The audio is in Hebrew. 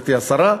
גברתי השרה,